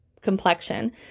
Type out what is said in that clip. complexion